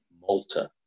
Malta